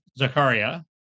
Zakaria